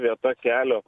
vieta kelio